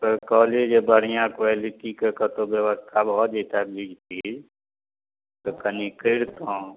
तऽ कहलियै जे बढ़िआँ क्वालिटीके कतहुँ ब्यवस्था भऽ जइतै बीज तीज तऽ कनी करितहुँ